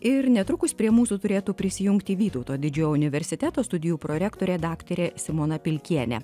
ir netrukus prie mūsų turėtų prisijungti vytauto didžiojo universiteto studijų prorektorė daktarė simona pilkienė